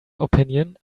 opinion